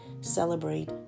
celebrate